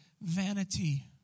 vanity